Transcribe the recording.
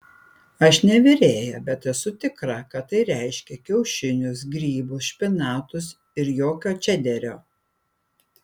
aš ne virėja bet esu tikra kad tai reiškia kiaušinius grybus špinatus ir jokio čederio